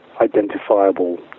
identifiable